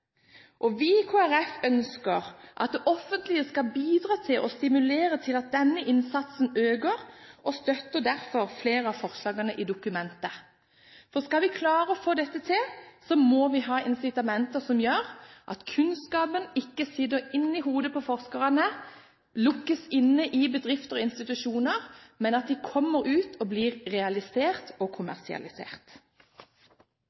Vi i Kristelig Folkeparti ønsker at det offentlige skal bidra til å stimulere til at denne innsatsen øker, og støtter derfor flere av forslagene i dokumentet. Skal vi klare å få dette til, må vi ha incitamenter som gjør at kunnskapen ikke sitter inne i hodet på forskerne, lukkes inne i bedrifter og institusjoner, men at de kommer ut og blir realisert og